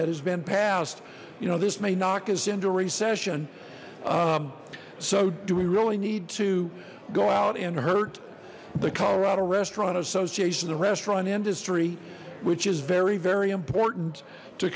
that has been passed you know this may knock us into recession so do we really need to go out and hurt the colorado restaurant association the restaurant industry which is very very important to